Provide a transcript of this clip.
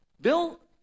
Bill